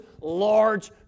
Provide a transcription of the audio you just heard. large